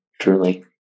truly